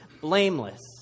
blameless